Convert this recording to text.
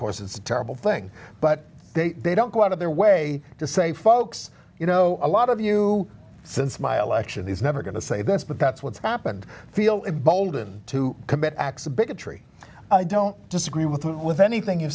course it's a terrible thing but they don't go out of their way to say folks you know a lot of you since my election is never going to say this but that's what's happened feel emboldened to commit acts of bigotry i don't disagree with with anything you